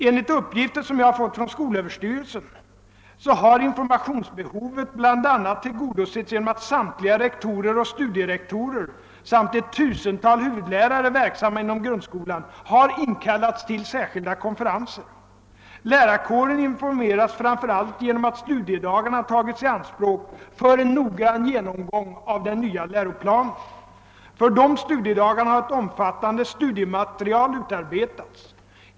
Enligt uppgifter som jag har fått från skolöverstyrelsen har informationsbehovet bl.a. tillgodosetts genom att samtliga rektorer och studierektorer samt ett tusental huvudlärare, verksamma inom grundskolan, har kallats till särskilda konferenser. Lärarkåren informeras framför allt genom att studiedagarna tagits i anspråk för en noggrann genomgång av den nya läroplanen. För dessa studiedagar har ett omfattande studiematerial utarbetats.